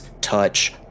touch